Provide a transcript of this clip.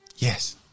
Yes